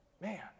Man